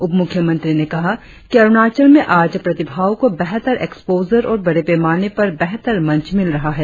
उप मुख्यमंत्री ने कहा कि अरुणाचल में आज प्रतिभाओं को बेहतर एक्सपोजर और बड़े पैमाने पर बेहतर मंच मिल रहा है